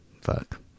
fuck